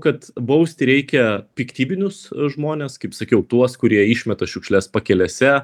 kad bausti reikia piktybinius žmones kaip sakiau tuos kurie išmeta šiukšles pakelėse